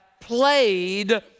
played